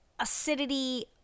acidity